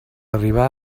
arribar